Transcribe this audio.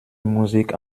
musik